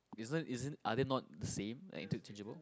isn't isn't are they not the same like InterDigital